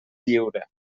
lliure